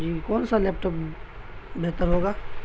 جی کون سا laptop بہتر ہوگا